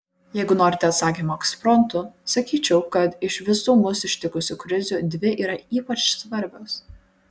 jeigu norite atsakymo ekspromtu sakyčiau kad iš visų mus ištikusių krizių dvi yra ypač svarbios